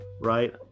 right